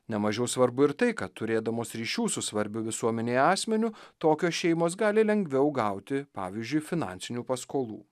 nemažiau svarbu ir tai kad turėdamos ryšių su svarbiu visuomenėje asmeniu tokios šeimos gali lengviau gauti pavyzdžiui finansinių paskolų